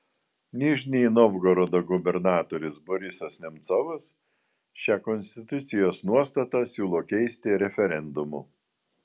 nižnij novgorodo gubernatorius borisas nemcovas šią konstitucijos nuostatą siūlo keisti referendumu